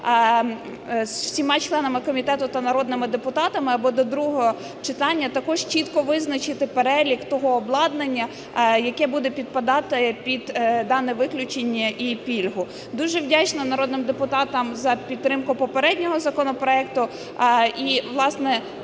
зі всіма членами комітету та народними депутатами, аби до другого читання також чітко визначити перелік того обладнання, яке буде підпадати під дане виключення і пільгу. Дуже вдячна народним депутатам за підтримку попереднього законопроекту. І, власне,